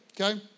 okay